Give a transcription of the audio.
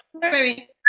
baby